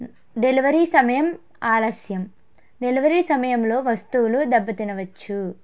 delivery సమయం ఆలస్యం delivery సమయంలో వస్తువులు దెబ్బ తినవచ్చు